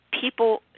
People